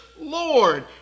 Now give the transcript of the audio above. Lord